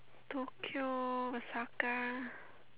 Tokyo Osaka